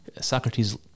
Socrates